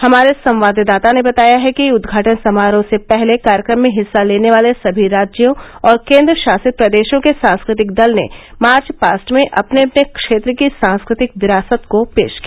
हमारे संवाददाता ने बताया है कि उद्घाटन समारोह से पहले कार्यक्रम में हिस्सा लेने वाले सभी राज्यों और केन्द्र शासित प्रदेशों के सांस्कृतिक दल ने मार्च पास्ट में अपने अपने क्षेत्र की सांस्कृतिक विरासत को पेश किया